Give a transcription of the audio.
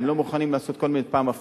הם לא מוכנים לעשות כל מיני הפרדות,